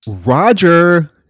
Roger